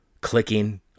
clicking